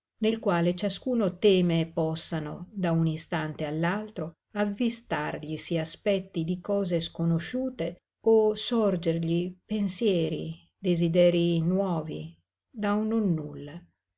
nel quale ciascuno teme possano da un istante all'altro avvistarglisi aspetti di cose sconosciute o sorgergli pensieri desiderii nuovi da un nonnulla